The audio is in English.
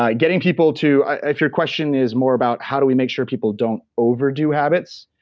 ah getting people to. if your question is more about how do we make sure people don't overdo habits,